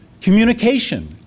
Communication